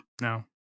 no